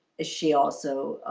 is she also?